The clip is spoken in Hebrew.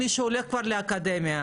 מי שהולך כבר לאקדמיה.